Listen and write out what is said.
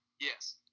Yes